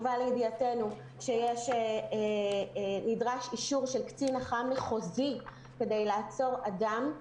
הובא לידיעתנו שנדרש אישור של קצין אח"מ מחוזי כדי לעצור אדם.